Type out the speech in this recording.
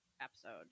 episode